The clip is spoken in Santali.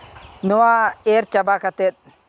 ᱱᱚᱣᱟ ᱮᱨ ᱪᱟᱵᱟ ᱠᱟᱛᱮᱫ